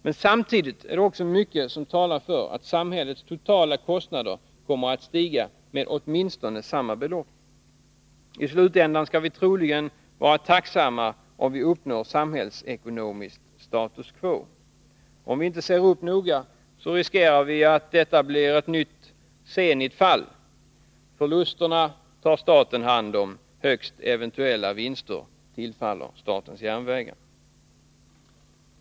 Men samtidigt är det mycket som talar för att samhällets totala kostnader kommer att stiga med åtminstone samma belopp. I slutänden skall vi troligen vara tacksamma om vi uppnår samhällsekonomiskt status quo. Om vi inte ser upp noga riskerar vi att detta blir ett nytt Zenit-fall: Förlusterna tar staten hand om. Högst eventuella vinster tillfaller statens järnvägar.